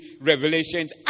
revelations